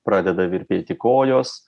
pradeda virpėti kojos